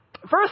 first